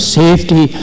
safety